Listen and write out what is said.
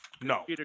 No